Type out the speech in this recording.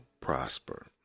prosper